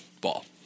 ball